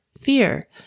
fear